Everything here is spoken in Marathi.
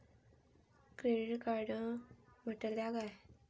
क्रेडिट कार्ड म्हटल्या काय?